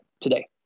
today